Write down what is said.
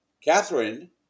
Catherine